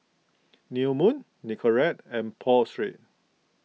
New Moon Nicorette and Pho Street